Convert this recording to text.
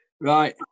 Right